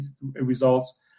results